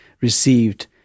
received